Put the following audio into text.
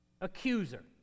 Accuser